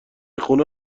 خونه